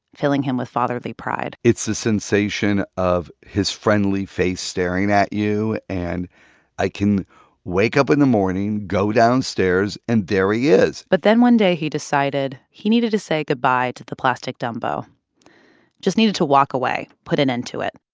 filling him with fatherly pride it's a sensation of his friendly face staring at you, and i can wake up in the morning, go downstairs, and there he is but then one day he decided he needed to say goodbye to the plastic dumbo just needed to walk away, put an end to it.